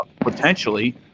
potentially